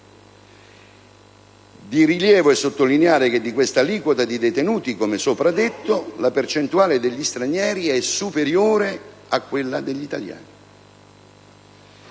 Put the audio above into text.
persone. Va sottolineato che di questa aliquota di detenuti - come ho detto - la percentuale degli stranieri è superiore a quella degli italiani.